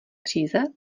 příze